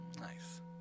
Nice